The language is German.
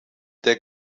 der